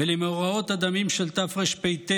ולמאורעות הדמים של תרפ"ט,